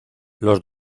los